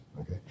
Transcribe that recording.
Okay